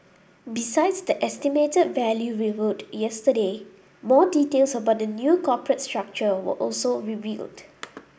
besides the estimated value revealed yesterday more details about the new corporate structure were also unveiled